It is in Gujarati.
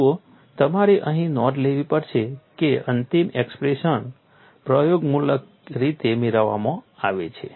જુઓ તમારે અહીં નોંધ લેવી પડશે કે અંતિમ એક્સપ્રેશન પ્રયોગમૂલક રીતે મેળવવામાં આવે છે